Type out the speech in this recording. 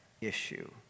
issue